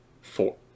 Four